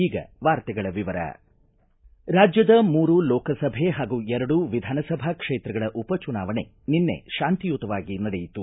ಈಗ ವಾರ್ತೆಗಳ ವಿವರ ರಾಜ್ಯದ ಮೂರು ಲೋಕಸಭೆ ಹಾಗೂ ಎರಡು ವಿಧಾನಸಭಾ ಕ್ಷೇತ್ರಗಳ ಉಪಚುನಾವಣೆ ನಿನ್ನೆ ತಾಂತಿಯುತವಾಗಿ ನಡೆಯಿತು